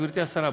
גברתי השרה,